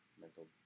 mental